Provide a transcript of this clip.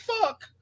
fuck